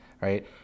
right